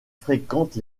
fréquente